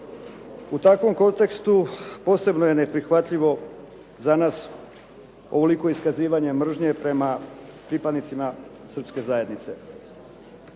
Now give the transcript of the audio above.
U takvom kontekstu posebno je neprihvatljivo za nas ovoliko iskazivanje mržnje prema pripadnicima srpske zajednice.